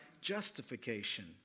justification